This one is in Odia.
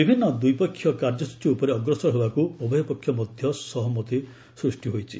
ବିଭିନ୍ନ ଦ୍ୱିପକ୍ଷିୟ କାର୍ଯ୍ୟସୂଚୀ ଉପରେ ଅଗ୍ରସର ହେବାକୁ ଉଭୟ ପକ୍ଷ ମଧ୍ୟରେ ସହମତି ସୃଷ୍ଟି ହୋଇଛି